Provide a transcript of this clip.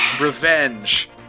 revenge